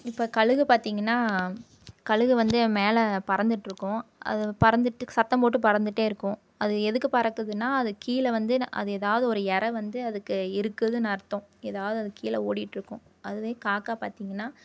இப்போ கழுகு பார்த்தீங்கன்னா கழுகு வந்து மேலே பறந்துகிட்டு இருக்கும் அது பறந்துட்டு சத்தம் போட்டு பறந்துகிட்டே இருக்கும் அது எதுக்கு பறக்குதுன்னா அது கீழே வந்து அது ஏதாவது ஒரு இறை வந்து அதுக்கு இருக்குதுன்னு அர்த்தம் ஏதாவது அது கீழே ஓடிகிட்டு இருக்கும் அதுவே காக்கா பார்த்தீங்கன்னா